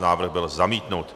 Návrh byl zamítnut.